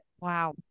wow